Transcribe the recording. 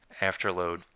afterload